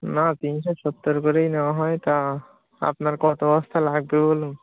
না তিনশো সত্তর করেই নেওয়া হয় তা আপনার কত বস্তা লাগবে বলুন